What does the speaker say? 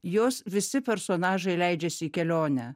jos visi personažai leidžiasi į kelionę